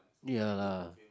ya lah